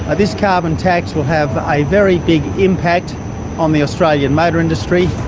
ah this carbon tax will have a very big impact on the australian motor industry.